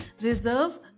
Reserve